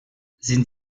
sind